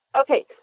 Okay